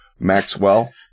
Maxwell